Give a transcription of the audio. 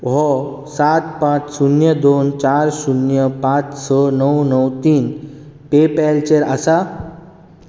हो सात पांच शुन्य दोन चार शुन्य पांच स णव णव तीन पेपॅलचेर आसा